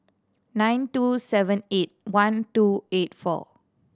nine two seven eight one two eight four